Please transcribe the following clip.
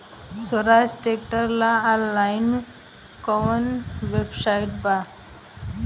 सोहराज tractor ला online कोउन website बा?